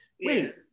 Wait